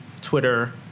Twitter